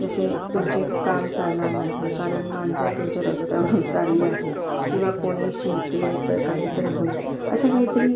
जसे तुमचे काम चालणार नाही कारण मांजर तुमच्या रस्त्यावरून चालली आहे किंवा कोणी शिंकले तर काही तरी होईल अशा काहीतरी